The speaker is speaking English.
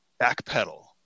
backpedal